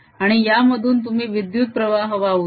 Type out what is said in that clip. आणि यामधून तुम्ही विद्युत प्रवाह वाहू द्या